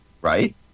right